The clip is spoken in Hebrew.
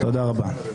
תודה רבה.